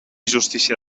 justícia